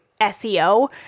SEO